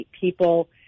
people